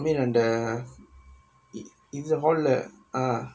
and the இது~ இதுல:ithu~ ithula hall leh uh